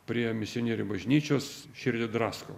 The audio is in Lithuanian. prie misionierių bažnyčios širdį drasko